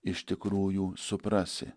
iš tikrųjų suprasi